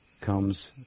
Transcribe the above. comes